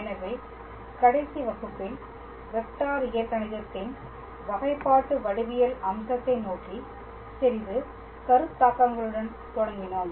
எனவே கடைசி வகுப்பில் வெக்டார் இயற்கணிதத்தின் வகைப்பாட்டு வடிவியல் அம்சத்தை நோக்கி சிறிது கருத்தாக்கங்களுடன் தொடங்கினோம்